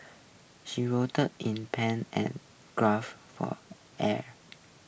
she writhed in pain and gasped for air